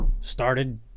started